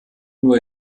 nur